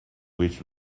which